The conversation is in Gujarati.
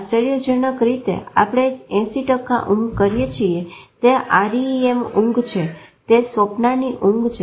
આશ્ચર્યજનક રીતે આપણે 80 ટકા ઊંઘ કરીએ છીએ તે RME ઊંઘ છે તે સ્વપ્નની ઊંઘ છે